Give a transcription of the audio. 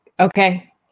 Okay